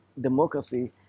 democracy